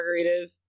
margaritas